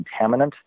contaminant